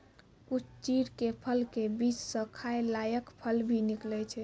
कुछ चीड़ के फल के बीच स खाय लायक फल भी निकलै छै